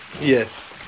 Yes